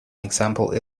example